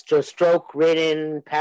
stroke-ridden